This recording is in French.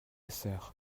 sœur